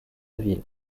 ville